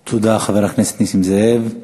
תודה, חבר הכנסת נסים זאב.